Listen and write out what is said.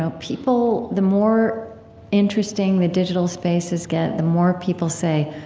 ah people the more interesting the digital spaces get, the more people say,